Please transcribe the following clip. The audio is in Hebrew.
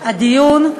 הדיון,